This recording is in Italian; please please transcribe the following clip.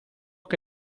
che